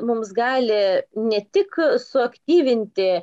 mums gali ne tik suaktyvinti